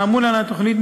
האמון על התוכנית,